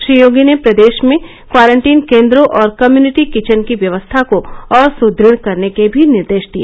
श्री योगी ने प्रदेश में क्वारंटीन केंद्रों और कम्युनिटी किचन की व्यवस्था को और सुद्रढ़ करने के भी निर्देश दिए